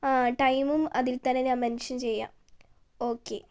ടൈമും അതിൽ തന്നെ ഞാൻ മെൻഷൻ ചെയ്യാം ഓക്കേ